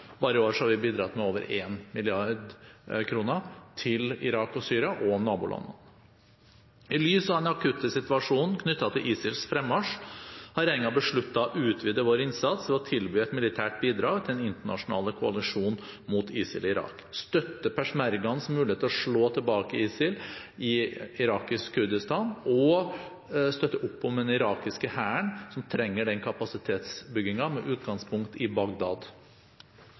bare i år har vi bidratt med over 1 mrd. kr til Irak og Syria og nabolandene. I lys av den akutte situasjonen knyttet til ISILs fremmarsj har regjeringen besluttet å utvide vår innsats ved å tilby et militært bidrag til den internasjonale koalisjonen mot ISIL i Irak, støtte peshmergaens mulighet til å slå tilbake ISIL i irakisk Kurdistan og støtte opp om den irakiske hæren, som trenger den kapasitetsbyggingen, med utgangspunkt i Bagdad.